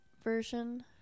version